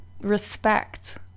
respect